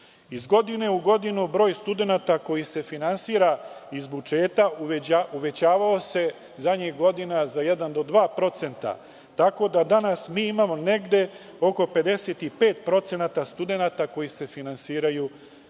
godine u godinu broj studenata koji se finansira iz budžeta uvećavao se zadnjih godina za 1% do 2%, tako da mi danas imamo oko 55% studenata koji se finansiraju iz